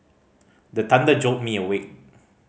the thunder jolt me awake